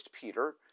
Peter